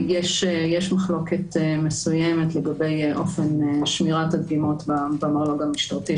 יש מחלוקת מסוימת לגבי אופן שמירת הדגימות במרלו"ג המשטרתי,